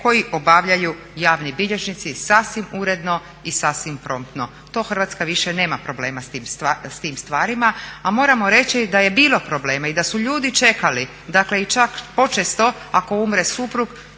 koji obavljaju javni bilježnici sasvim uredno i sasvim promptno. To Hrvatska više nema problema s tim stvarima. A moramo reći da je bilo problema, i da su ljudi čekali, dakle i čak počesto ako umre suprug